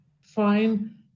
fine